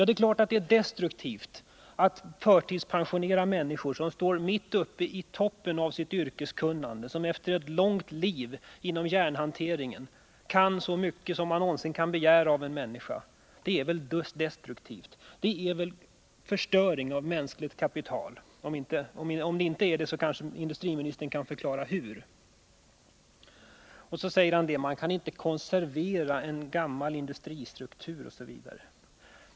Det är klart att det är destruktivt att förtidspensionera människor som står på toppen av sitt yrkeskunnande, som efter ett långt liv inom järnhanteringen kan så mycket som man någonsin kan begära av en människa. Det är destruktivt och det innebär förstöring av mänskligt kapital. Industriministern säger också att man inte kan konservera en gammal industristruktur osv.